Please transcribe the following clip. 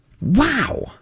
wow